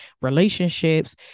relationships